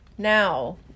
now